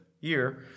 year